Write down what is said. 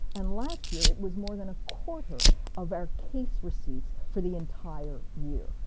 and last year it was more than a quarter of our case receipts for the entire year.